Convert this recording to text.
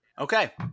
Okay